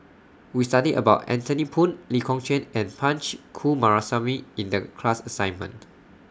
We studied about Anthony Poon Lee Kong Chian and Punch Coomaraswamy in The class assignment